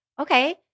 okay